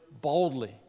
boldly